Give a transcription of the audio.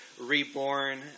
reborn